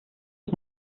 ist